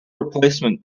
replacement